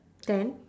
ten